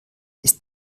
ist